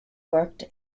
worked